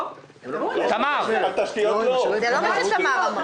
והנזקים עצומים,